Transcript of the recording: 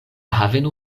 haveno